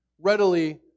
readily